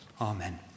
Amen